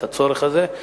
את הצורך הזה.